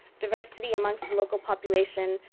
diversity amongst the local population,